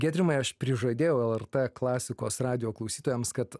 giedrimai aš prižadėjau lrt klasikos radijo klausytojams kad